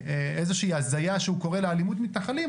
באיזושהי הזיה שהוא קורא לה "אלימות מתנחלים",